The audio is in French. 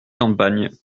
campagne